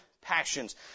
passions